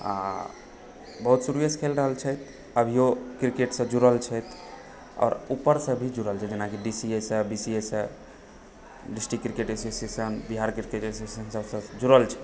आओर बहुत शुरुहेसँ खेल रहल छथि अभियो क्रिकेटसँ जुड़ल छथि आओर ऊपरसँ भी जुड़ल छथि जेना कि डी सी ए सँ बी सी ए सँ district cricket association Bihar cricket एशोसिएशनसँ जुड़ल छथि